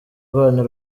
rwanyu